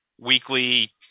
weekly